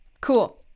cool